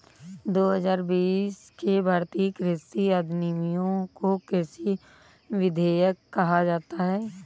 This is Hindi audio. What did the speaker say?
दो हजार बीस के भारतीय कृषि अधिनियमों को कृषि विधेयक कहा जाता है